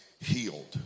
healed